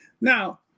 Now